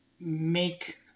make